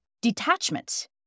detachment